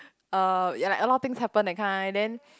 uh ya like a lot of things happen that kind then